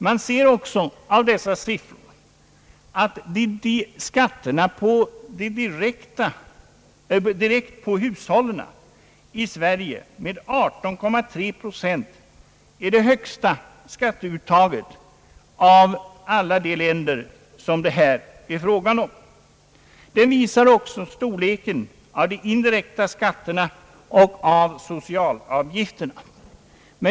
Man ser också av dessa siffror att skatterna direkt på hushållen i Sverige med 18,3 procent är de högsta i alla de länder det här är fråga om. Tabellen visar också storleken av de indirekta skatterna och av socialavgifterna.